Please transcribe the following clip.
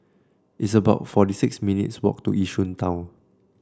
it's about forty six minutes walk to Yishun Town